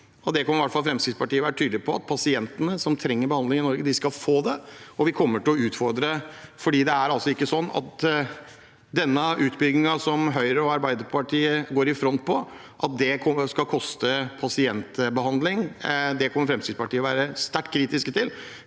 kommer i hvert fall til å være tydelig på at pasientene som trenger behandling i Norge, skal få det. Vi kommer til å utfordre, for det er ikke sånn at denne utbyggingen, som Høyre og Arbeiderpartiet går i front for, skal koste i pasientbehandling. Det kommer Fremskrittspartiet til å være sterkt kritiske til